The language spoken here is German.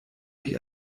mich